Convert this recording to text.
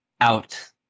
out